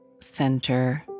center